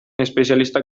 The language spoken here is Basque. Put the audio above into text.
espezialistak